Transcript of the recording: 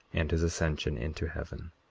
and his ascension into heaven.